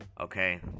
Okay